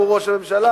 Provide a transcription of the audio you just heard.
הוא ראש הממשלה,